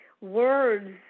words